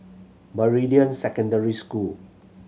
Meridian Secondary School